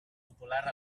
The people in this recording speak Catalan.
popular